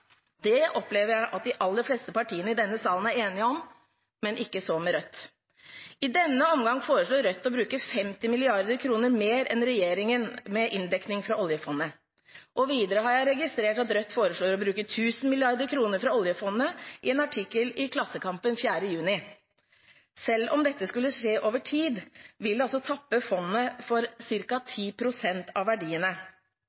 Det opplever jeg at de aller fleste partiene i denne salen er enige om, men ikke så med Rødt. I denne omgang foreslår Rødt å bruke 50 mrd. kr mer enn regjeringen, med inndekning fra oljefondet. Videre har jeg registrert at Rødt i en artikkel i Klassekampen 4. juni foreslår å bruke 1 000 mrd. kr fra oljefondet. Selv om dette skulle skje over tid, vil det altså tappe fondet for